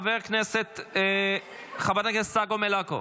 חברת הכנסת צגה מלקו,